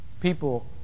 people